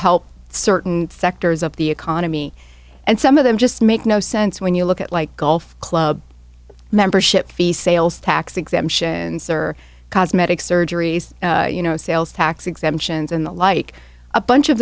help certain sectors of the economy and some of them just make no sense when you look at like golf club membership fees sales tax exemptions or cosmetic surgeries you know sales tax exemptions and the like a bunch of